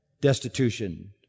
destitution